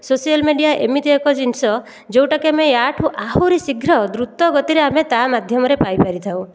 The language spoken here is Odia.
ସୋସିଆଲ ମିଡ଼ିଆ ଏମିତି ଏକ ଜିନିଷ ଯେଉଁଟାକି ଆମେ ଏହାଠାରୁ ଆହୁରି ଶୀଘ୍ର ଦ୍ରୁତ ଗତିରେ ଆମେ ତା ମାଧ୍ୟମରେ ପାଇପାରିଥାଉ